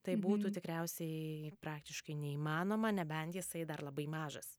tai būtų tikriausiai praktiškai neįmanoma nebent jisai dar labai mažas